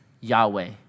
Yahweh